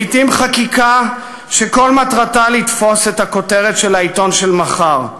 לעתים חקיקה שכל מטרתה לתפוס את הכותרת של העיתון של מחר,